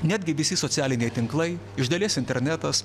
netgi visi socialiniai tinklai iš dalies internetas